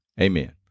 Amen